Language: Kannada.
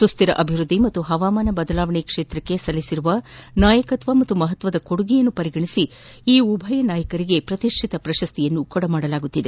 ಸುಶ್ಮಿರ ಅಭಿವೃದ್ದಿ ಮತ್ತು ಪವಾಮಾನ ಬದಲಾವಣೆ ಕ್ಷೇತ್ರದಲ್ಲಿ ಸಲ್ಲಿಸಿದ ನಾಯಕತ್ವ ಮತ್ತು ಮಪತ್ತರ ಕೊಡುಗೆ ಪರಿಗಣಿಸಿ ಈ ಉಭಯನಾಯಕರಿಗೆ ಪ್ರತಿಷ್ಠಿತ ಪ್ರಶಸ್ತಿ ನೀಡಲಾಗುತ್ತಿದೆ